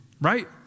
right